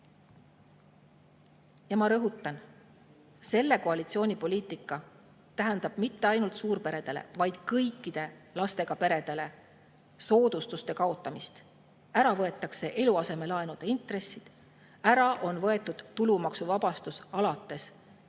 Ja ma rõhutan, et selle koalitsiooni poliitika tähendab mitte ainult suurperedele, vaid kõikidele lastega peredele soodustuste kaotamist. Ära võetakse eluasemelaenude intressidega [seotud soodustus], ära on võetud tulumaksuvabastus alates teisest